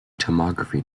tomography